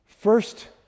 first